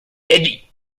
eddie